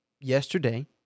yesterday